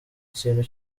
kintu